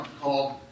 called